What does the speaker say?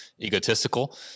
egotistical